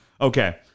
okay